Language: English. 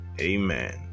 Amen